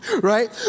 Right